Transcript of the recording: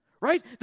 right